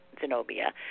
Zenobia